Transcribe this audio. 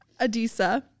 Adisa